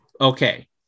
Okay